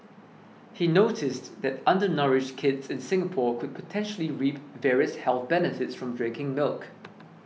he noticed that undernourished kids in Singapore could potentially reap various health benefits from drinking milk